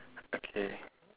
okay